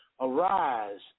arise